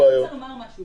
אני רוצה לומר משהו.